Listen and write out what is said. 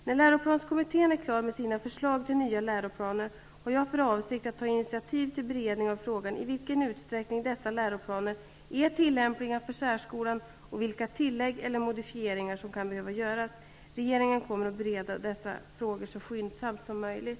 När läroplanskommittén är klar med sina förslag till nya läroplaner, har jag för avsikt att ta initiativ till beredning av frågan i vilken utsträckning dessa läroplaner är tillämpliga för särskolan och vilka tillägg eller modifieringar som kan behöva göras. Regeringen kommer att bereda dessa frågor så skyndsamt som möjligt.